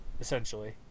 essentially